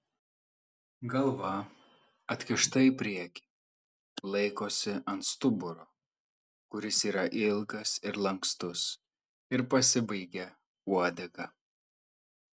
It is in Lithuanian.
galva atkišta į priekį laikosi ant stuburo kuris yra ilgas ir lankstus ir pasibaigia uodega